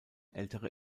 ältere